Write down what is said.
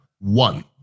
One